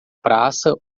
praça